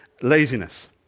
Laziness